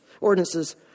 ordinances